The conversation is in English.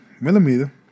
millimeter